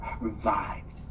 revived